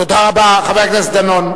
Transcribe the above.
תודה רבה, חבר הכנסת דנון.